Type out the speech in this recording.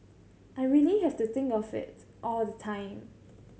I really have to think of it all the time